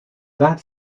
that